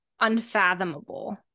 unfathomable